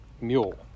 mule